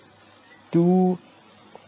do